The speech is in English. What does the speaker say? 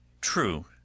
true